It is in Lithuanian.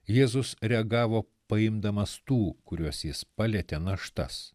jėzus reagavo paimdamas tų kuriuos jis palietė naštas